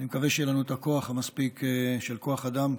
אני מקווה שיהיה לנו את הכוח המספיק, את כוח האדם,